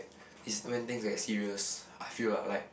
it's when things get serious I feel lah like